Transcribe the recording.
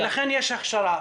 לכן יש הכשרה.